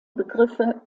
begriffe